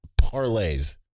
parlays